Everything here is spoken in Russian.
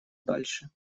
дальше